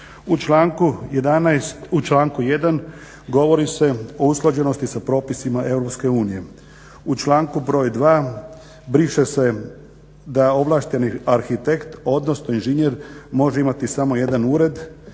u članku 1. govori se o usklađenosti sa propisima EU. U članku broj 2. briše se da je ovlašteni arhitekt odnosno inženjer može imati samo jedna ured